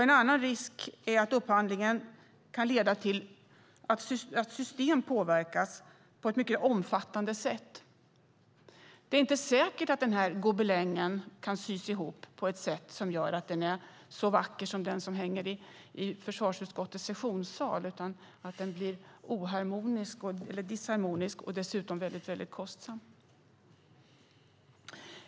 En annan risk är att upphandlingen leder till att system påverkas på ett omfattande sätt - det är inte säkert att gobelängen här kan sys ihop på ett sådant sätt att den är lika vacker som den som hänger i försvarsutskottets sessionssal och utan att bli disharmonisk. Dessutom kan det bli väldigt kostsamt.